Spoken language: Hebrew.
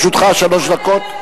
לרשותך שלוש דקות.